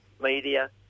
media